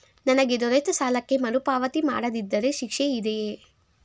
ನನಗೆ ದೊರೆತ ಸಾಲಕ್ಕೆ ಮರುಪಾವತಿ ಮಾಡದಿದ್ದರೆ ಶಿಕ್ಷೆ ಇದೆಯೇ?